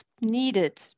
needed